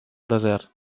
desert